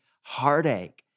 heartache